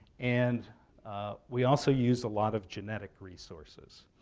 and we also use a lot of genetic resources.